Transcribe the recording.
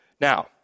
Now